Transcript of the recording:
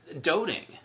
doting